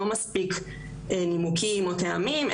לא מספיק נימוקים או טעמים,